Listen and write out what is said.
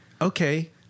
okay